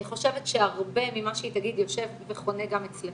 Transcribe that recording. אני חושבת שהרבה ממה שהיא תגיד יושב וחונה גם אצלכם,